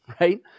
right